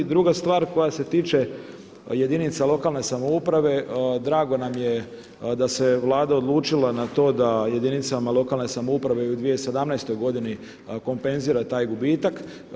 I druga stvar koja se tiče jedinica lokalne samouprave, drago nam je da se Vlada odlučila na to da jedinicama lokalne samouprave u 2017. godini kompenzira taj gubitak.